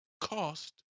cost